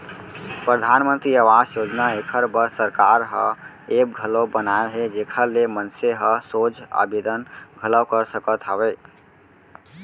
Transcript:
परधानमंतरी आवास योजना एखर बर सरकार ह ऐप घलौ बनाए हे जेखर ले मनसे ह सोझ आबेदन घलौ कर सकत हवय